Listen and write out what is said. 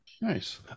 Nice